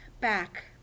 back